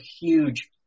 huge